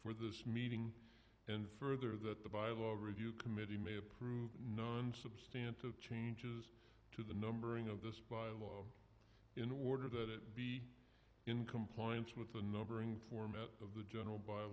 for this meeting and further that the by a lower review committee may approve none substantial changes to the numbering of this by law in order that it be in compliance with the numbering format of the general by